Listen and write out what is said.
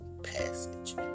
Passage